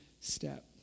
step